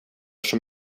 som